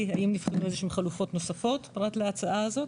האם נדרשות חלופות נוספות פרט להצעה הזאת?